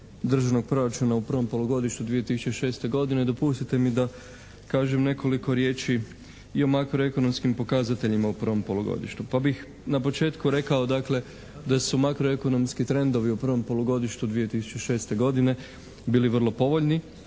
državnog proračuna u prvom polugodištu 2006. godine dopustite mi da kažem nekoliko riječi i o makroekonomskim pokazateljima u prvom polugodištu. Pa bih na početku rekao dakle da su makroekonomski trendovi u prvom polugodištu 2006. godine bili vrlo povoljni